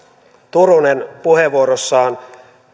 turunen puheenvuorossaan